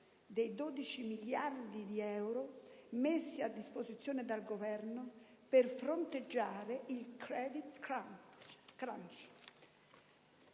dei 12 miliardi di euro messi a disposizione dal Governo per fronteggiare il *credit crunch*.